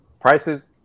prices